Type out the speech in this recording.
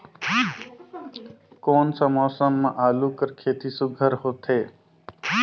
कोन सा मौसम म आलू कर खेती सुघ्घर होथे?